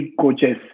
coaches